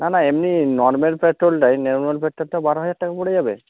না না এমনি নর্মাল পেট্রোলটাই নর্মাল পেট্রোলটা বারো হাজার টাকা পড়ে যাবে